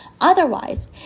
otherwise